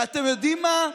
ואתם יודעים מה?